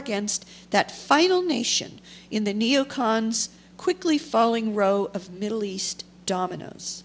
against that final nation in the neo cons quickly following row of middle east dominoes